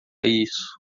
isso